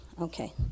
Okay